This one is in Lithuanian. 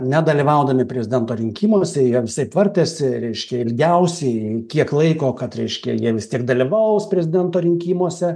nedalyvaudami prezidento rinkimuose jie visaip vartėsi reiškia ilgiausiai kiek laiko kad reiškia jie vis tiek dalyvaus prezidento rinkimuose